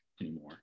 anymore